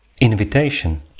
invitation